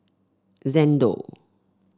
Xndo